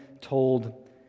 told